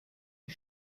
die